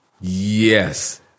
Yes